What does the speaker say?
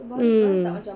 mm